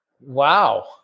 Wow